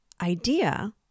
idea